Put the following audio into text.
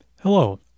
Hello